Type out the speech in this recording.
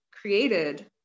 created